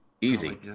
Easy